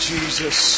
Jesus